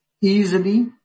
easily